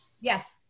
Yes